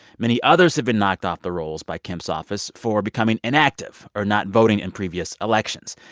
many others have been knocked off the rolls by kemp's office for becoming inactive or not voting in previous elections.